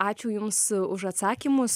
ačiū jums už atsakymus